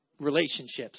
relationships